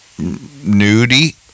nudie